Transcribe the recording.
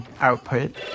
output